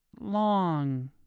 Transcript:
long